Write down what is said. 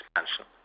expansion